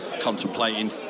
contemplating